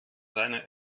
seiner